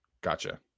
gotcha